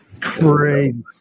Crazy